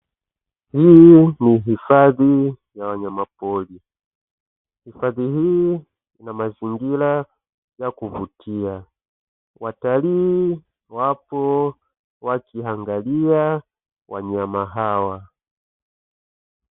Hii ni hifadhi ya wanyamapori. Hifadhi hii ina mazingira ya kuvutia. Watalii wapo wakiangalia wanyama hawa.